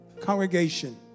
congregation